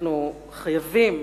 אנחנו חייבים